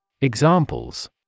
Examples